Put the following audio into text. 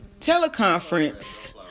teleconference